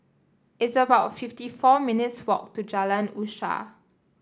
it's about fifty four minutes' walk to Jalan Usaha